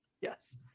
Yes